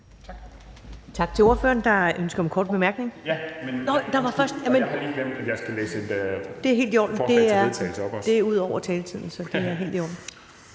Tak.